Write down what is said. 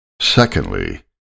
Secondly